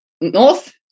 north